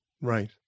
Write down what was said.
right